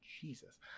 Jesus